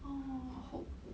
orh hope